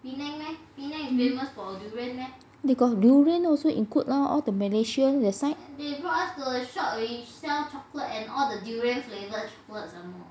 they got durian also include ah all the malaysia that side